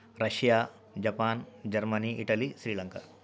Russia Japan Germany Italy Sri Lanka